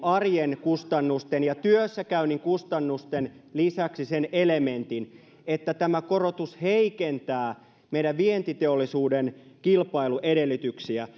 arjen kustannusten ja työssä käynnin kustannusten lisäksi sen elementin että tämä korotus heikentää meidän vientiteollisuutemme kilpailuedellytyksiä